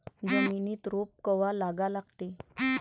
जमिनीत रोप कवा लागा लागते?